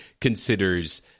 considers